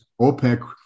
OPEC